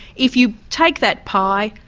if you take that pie,